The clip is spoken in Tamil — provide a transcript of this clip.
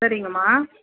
சரிங்கம்மா